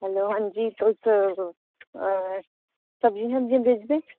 हां जी तुस सब्जी सुब्जियां बेचदे हो